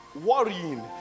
worrying